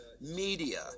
Media